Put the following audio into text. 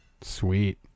sweet